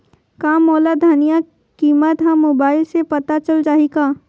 का मोला धनिया किमत ह मुबाइल से पता चल जाही का?